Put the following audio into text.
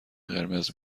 قرمز